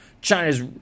China's